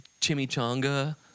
chimichanga